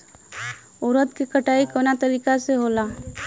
उरद के कटाई कवना तरीका से होला?